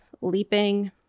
leaping